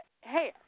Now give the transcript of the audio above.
hair